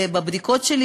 בבדיקות שלי,